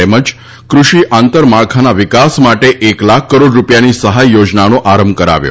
તેમજ કૃષિ આંતરમાળખાના વિકાસ માટે એક લાખ કરોડ રૂપિયાની સહાય યોજનાનો આરંભ કરાવ્યો